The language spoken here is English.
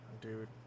dude